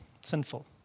sinful